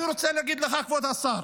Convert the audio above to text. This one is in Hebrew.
אני רוצה להגיד לך, כבוד השר,